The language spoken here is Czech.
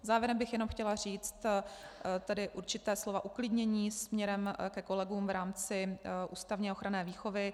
Závěrem bych jenom chtěla říci určitá slova uklidnění směrem ke kolegům v rámci ústavní ochranné výchovy.